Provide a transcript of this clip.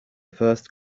first